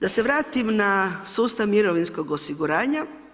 Da se vratim na sustav mirovinskog osiguranja.